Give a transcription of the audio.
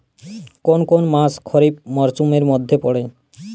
কোন কোন মাস খরিফ মরসুমের মধ্যে পড়ে?